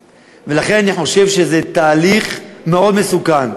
ולכן, אני חושב שזה תהליך מאוד מסוכן,